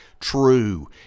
true